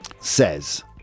says